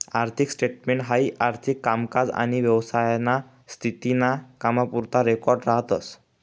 आर्थिक स्टेटमेंट हाई आर्थिक कामकाज आनी व्यवसायाना स्थिती ना कामपुरता रेकॉर्ड राहतस